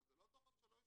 אבל לא תוכן שלא ישווק.